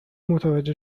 متوجه